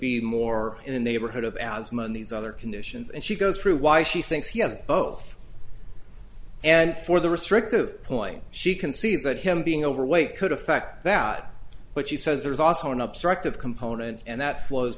be more in the neighborhood of asthma in these other conditions and she goes through why she thinks he has both and for the restrictive point she can see that him being overweight could affect that but she says there's also an obstructed component and that flows